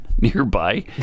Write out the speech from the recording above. nearby